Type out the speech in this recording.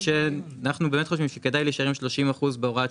אנחנו חושבים שכדאי לשלם 30% בהוראת שעה.